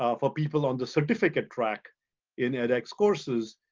ah for people on the certificate track in edx courses,